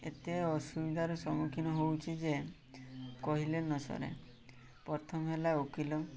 ଏତେ ଅସୁବିଧାର ସମ୍ମୁଖୀନ ହେଉଛି ଯେ କହିଲେ ନ ସରେ ପ୍ରଥମ ହେଲା ଓକିଲ